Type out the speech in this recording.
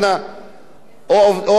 בין 20 שנה ל-25 שנה,